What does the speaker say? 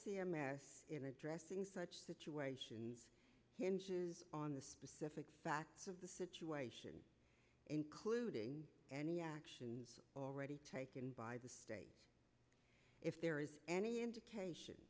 in addressing such situations hinges on the specific facts of the situation including any action already taken by the state if there is any indication